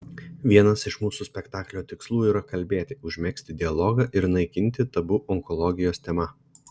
vienas iš mūsų spektaklio tikslų yra kalbėti užmegzti dialogą ir naikinti tabu onkologijos tema